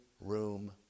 room